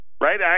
Right